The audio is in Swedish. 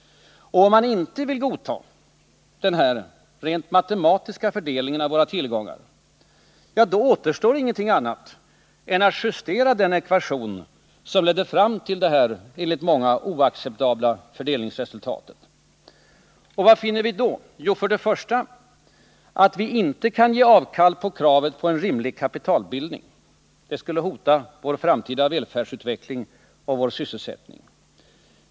Om man inte vill godta denna — rent matematiska — fördelning av våra tillgångar, då återstår ingenting annat än att justera den ekvation som ledde fram till detta enligt många oacceptabla fördelningsresultat. Vad finner vi då? Jo, för det första att vi inte kan ge avkall på kravet på en rimlig kapitalbildning. Det skulle hota vår framtida välfärdsutveckling och vår sysselsättning.